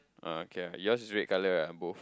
uh okay ah yours is red color ah both